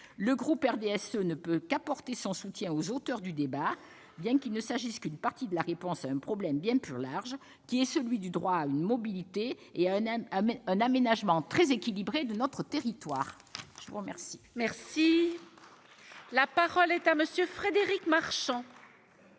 Le groupe du RDSE ne peut qu'apporter son soutien aux auteurs du débat, bien qu'il ne s'agisse que d'une partie de la réponse à un problème bien plus large, celui du droit à la mobilité et à un aménagement très équilibré de notre territoire. La parole est à M. Frédéric Marchand.